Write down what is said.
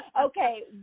Okay